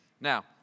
Now